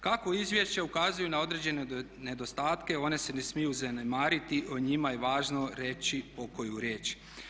Kako izvješća ukazuju na određene nedostatke one se ne smiju zanemariti, o njima je važno reći pokoju riječ.